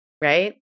right